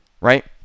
Right